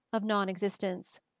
of nonexistence.